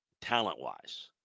talent-wise